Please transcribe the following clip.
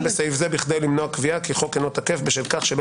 אין בסעיף זה כדי למנוע קביעה כי חוק אינו תקף בשל כך שלא